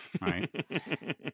Right